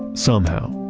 somehow,